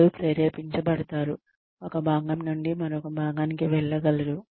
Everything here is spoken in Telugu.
వారు ప్రేరేపించబడతారు ఒక భాగం నుండి మరొక భాగానికి వెళ్ళగలరు